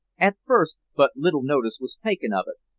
at first but little notice was taken of it,